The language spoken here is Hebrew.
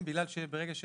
הקצבה ברמה של 188 אחוזים,